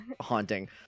haunting